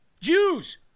Jews